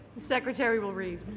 secretary will read.